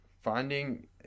finding